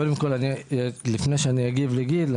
לפני שאגיב לגיל,